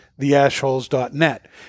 TheAshholes.net